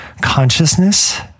Consciousness